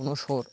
বুনো শুয়োর